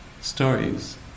stories